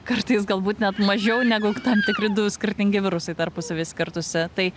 kartais galbūt net mažiau negu tam tikri du skirtingi virusai tarpusavy skirtųsi tai